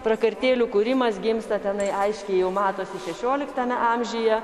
prakartėlių kūrimas gimsta tenai aiškiai jau matosi šešioliktame amžiuje